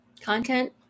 content